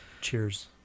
Cheers